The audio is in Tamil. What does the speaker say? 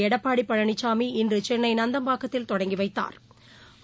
எடப்பாடிபழனிசாமி இன்றுசென்னைந்தம்பாக்கத்தில் தொடங்கிவைத்தாா்